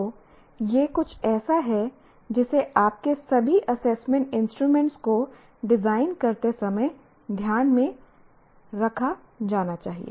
तो यह कुछ ऐसा है जिसे आपके सभी एसेसमेंट इंस्ट्रूमेंट को डिजाइन करते समय ध्यान में रखा जाना चाहिए